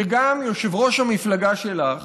שגם יושב-ראש המפלגה שלך,